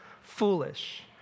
foolish